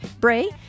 Bray